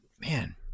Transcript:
man